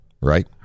Right